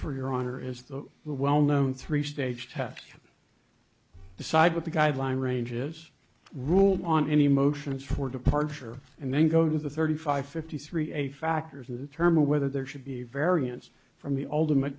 for your honor is the well known three stage test decide what the guideline range is ruled on any motions for departure and then go to the thirty five fifty three a factors in determining whether there should be a variance from the ultimate